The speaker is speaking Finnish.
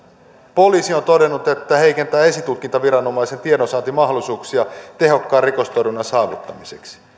poliisi on todennut että tämä heikentää esitutkintaviranomaisen tiedonsaantimahdollisuuksia tehokkaan rikostorjunnan saavuttamiseksi